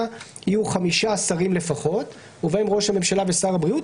יהיו חמישה שרים לפחות ובהם ראש הממשלה ושר הבריאות,